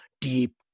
deep